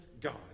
God